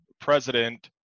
president